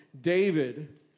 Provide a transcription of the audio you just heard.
David